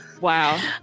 wow